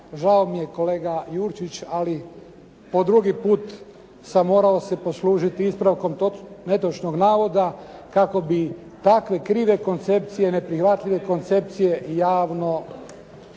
Žao mi je kolega Jurčić, ali po drugi put sam morao se poslužiti ispravkom netočnog navoda kako bi takve krive koncepcije, neprihvatljive koncepcije i javno